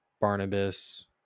Barnabas